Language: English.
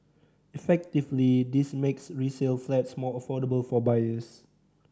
effectively this makes resale flats more affordable for buyers